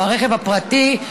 ברכב הפרטי,